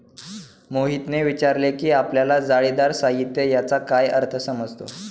मोहितने विचारले की आपल्याला जाळीदार साहित्य याचा काय अर्थ समजतो?